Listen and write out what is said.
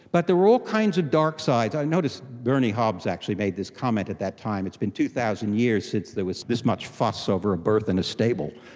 but there were all kinds of dark sides. i notice bernie hobbs actually made this comment at that time it's been two thousand years since there was this much fuss over a birth in a stable.